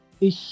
Ich